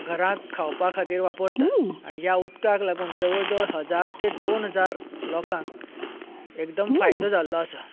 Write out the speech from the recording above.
घरा खावपा खातीर वापरतात ह्या उदकाक लागून जवळजवळ हजार ते दोन हजार लोकांक एकदम फायदो जाल्लो आसा